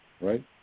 Right